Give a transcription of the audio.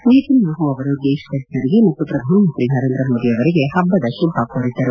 ನೆತನ್ಯಾಪು ಅವರು ದೇಶದ ಜನರಿಗೆ ಮತ್ತು ಪ್ರಧಾನಮಂತ್ರಿ ನರೇಂದ್ರ ಮೋದಿ ಅವರಿಗೆ ಪಬ್ಬದ ಶುಭಕೋರಿದ್ದರು